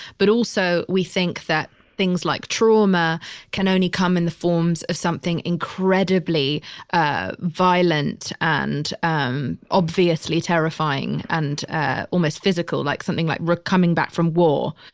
but also we think that things like trauma can only come in the forms of something incredibly ah violent and um obviously terrifying and ah almost physical, like something like re, coming back from war.